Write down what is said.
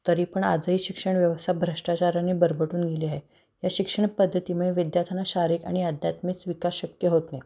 तरी पण आजही शिक्षण व्यवस्था भ्रष्टाचाराने बरबटून गेली आहे या शिक्षण पद्धतीमुळे विद्यार्थ्यांना शारीरिक आणि आध्यात्मिक विकास शक्य होत नाही